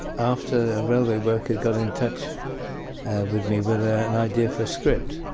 after a railway worker got in touch with me with an idea of a script.